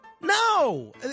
No